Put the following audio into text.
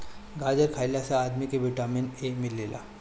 गाजर खइला से आदमी के विटामिन ए मिलेला